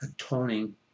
atoning